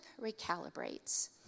recalibrates